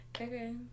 Okay